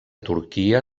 turquia